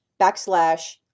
backslash